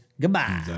goodbye